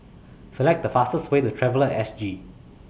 Select The fastest Way to Traveller At S G